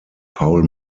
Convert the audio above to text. paul